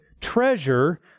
treasure